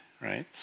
right